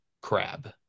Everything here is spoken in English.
crab